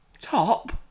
Top